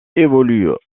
évolue